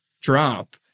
drop